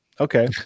Okay